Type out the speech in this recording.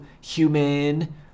human